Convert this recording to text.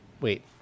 Wait